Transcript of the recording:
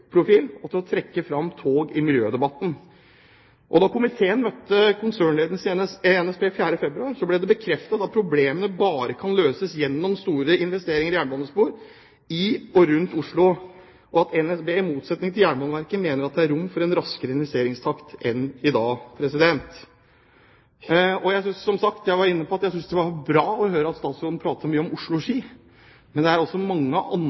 miljøprofil, og til å trekke fram tog i miljødebatten. Da komiteen møtte konsernledelsen i NSB 4. februar, ble det bekreftet at problemene bare kan løses gjennom store investeringer i jernbanespor i og rundt Oslo, og at NSB, i motsetning til Jernbaneverket, mener at det er rom for en raskere investeringstakt enn i dag. Jeg var inne på at jeg synes det er bra at statsråden prater mye om Oslo–Ski, men det er altså mange andre